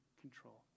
control